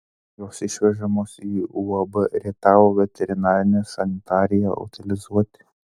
jos išvežamos į uab rietavo veterinarinę sanitariją utilizuoti